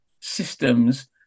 systems